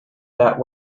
that